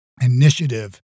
initiative